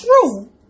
true